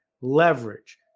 leverage